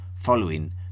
following